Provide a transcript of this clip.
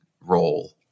role